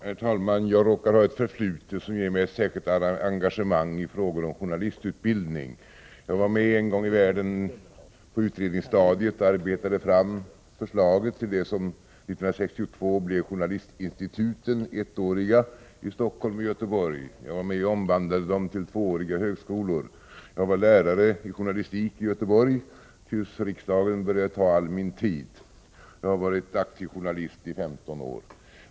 Herr talman! Jag råkar ha ett förflutet som ger mig ett särskilt engagemang i frågor om journalistutbildning. Jag var en gång i världen på utredningsstadiet med och arbetade fram förslaget till det som 1962 blev de ettåriga journalistinstituten i Stockholm och Göteborg. Jag var med om att omvandla dessa till tvååriga högskolor. Jag var lärare i journalistik i Göteborg tills riksdagen började ta all min tid. Jag har varit aktiv journalist i 15 år.